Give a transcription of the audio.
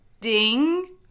Ding